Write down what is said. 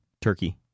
Turkey